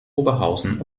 oberhausen